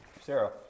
Sarah